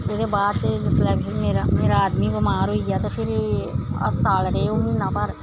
ओह्दे बाद च जिसलै मेरा मेरा आदमी बमार होई गेआ ते फिरी अस्पताल रेह् ओह् म्हीना भर